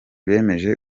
bemeje